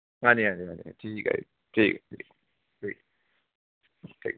ਹਾਂਜੀ ਹਾਂਜੀ ਹਾਂਜੀ ਠੀਕ ਆ ਜੀ ਠੀਕ ਆ ਠੀਕ ਠੀਕ ਠੀਕ